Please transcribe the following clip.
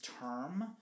term